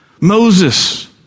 Moses